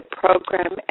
program